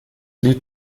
lied